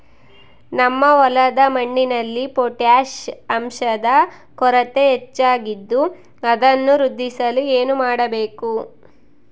ನಮ್ಮ ಹೊಲದ ಮಣ್ಣಿನಲ್ಲಿ ಪೊಟ್ಯಾಷ್ ಅಂಶದ ಕೊರತೆ ಹೆಚ್ಚಾಗಿದ್ದು ಅದನ್ನು ವೃದ್ಧಿಸಲು ಏನು ಮಾಡಬೇಕು?